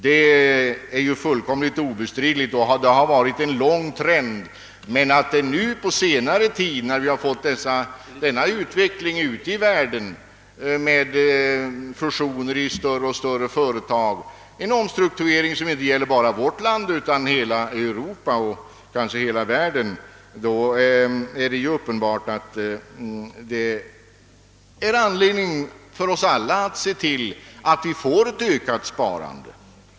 Det är fullständigt obestridligt att det har varit en lång sådan trend men att man på senare tid fått en liknande utveckling även ute i världen, med fusioner i större och större företag, en omstrukturering som inte bara gäller vårt land utan hela Europa och kanske hela världen. Då är det uppenbart att det finns anledning för oss alla att se till att vi får ett ökat sparande.